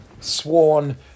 sworn